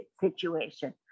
situation